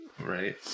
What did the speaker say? Right